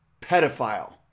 pedophile